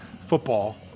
football –